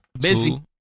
Busy